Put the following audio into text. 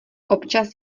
občas